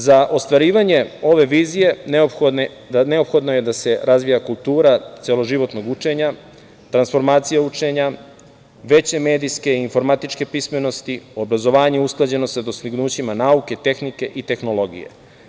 Za ostvarivanje ove vizije neophodno je da se razvija kultura celoživotnog učenja, transformacija učenja, veće medijske i informatičke pismenosti, obrazovanje usklađeno sa dostignućima nauke, tehnike i tehnologije.